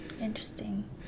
interesting